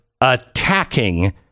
attacking